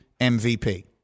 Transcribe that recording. MVP